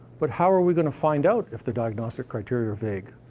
but how are we gonna find out if the diagnostic criteria are vague?